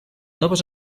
noves